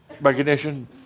Recognition